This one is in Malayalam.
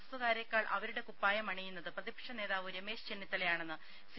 എസ്സുകാരേക്കാൾ അവരുടെ കുപ്പായമണിയുന്നത് പ്രതിപക്ഷ നേതാവ് രമേശ് ചെന്നിത്തലയാണെന്ന് സി